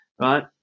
right